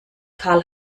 karl